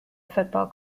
football